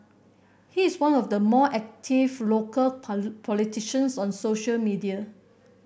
he is one of the more active local politicians on social media